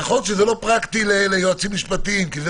נכון שזה לא פרקטי ליועצים משפטיים כי זה